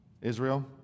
Israel